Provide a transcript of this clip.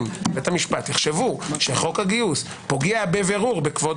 בית המשפט יחשבו שחוק הגיוס פוגע בבירור בכבוד